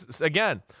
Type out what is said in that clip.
again